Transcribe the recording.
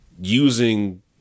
using